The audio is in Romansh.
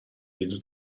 ils